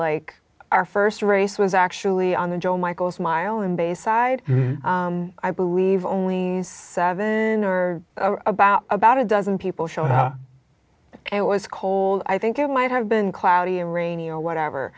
like our st race was actually on the joe michael's mile and bayside i believe only seven or about about a dozen people showed it was cold i think it might have been cloudy and rainy or whatever